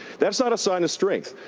that's not a sign of strength.